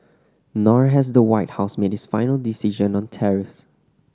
nor has the White House made its final decision on tariffs